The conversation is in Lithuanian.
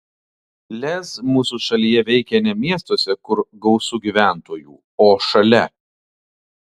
lez mūsų šalyje veikia ne miestuose kur gausu gyventojų o šalia